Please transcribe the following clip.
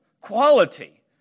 quality